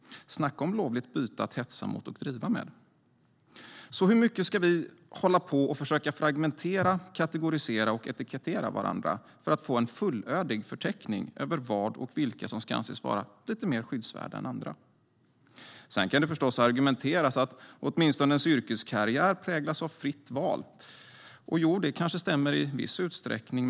Snacka om lovligt byte att hetsa mot och driva med! Hur mycket ska vi försöka fragmentera, kategorisera och etikettera varandra för att få en fullödig förteckning över vad och vilka som ska anses vara lite mer skyddsvärda än andra? Det kan förstås argumenteras att åtminstone ens yrkeskarriär präglas av fritt val. Det kanske stämmer, i viss utsträckning.